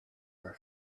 were